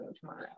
tomorrow